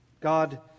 God